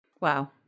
Wow